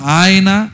aina